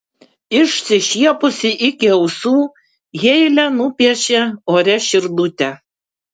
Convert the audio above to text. išsišiepusi iki ausų heile nupiešė ore širdutę